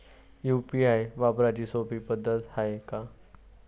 UPI वापराची सोपी पद्धत हाय का?